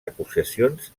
acusacions